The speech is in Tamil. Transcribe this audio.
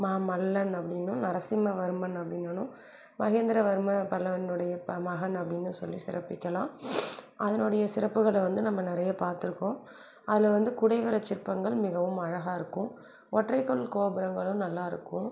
மாமல்லன் அப்படினும் நரசிம்ம வர்மன் அப்படினாலும் மகேந்திர வர்மன் பல்லவனுடைய மகன் அப்படினு சொல்லி சிறப்பிக்கலாம் அதனுடைய சிறப்புகளை வந்து நம்ம நிறைய பார்த்துருக்கோம் அதில் வந்து குடைவர சிற்பங்கள் மிகவும் அழகாயிருக்கும் ஒற்றை கால் கோபுரங்களும் நல்லாயிருக்கும்